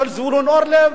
של זבולון אורלב,